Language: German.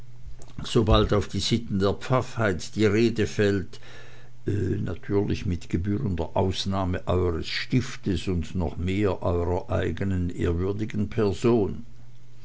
sobald auf die sitten der pfaffheit die rede fällt natürlich mit gebührender ausnahme eures stiftes und noch mehr eurer eigenen ehrwürdigen person